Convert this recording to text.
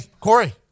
Corey